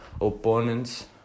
opponents